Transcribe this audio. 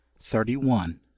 thirty-one